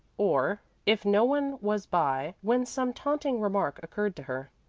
or, if no one was by, when some taunting remark occurred to her.